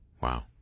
Wow